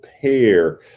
pair